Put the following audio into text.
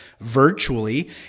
virtually